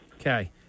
Okay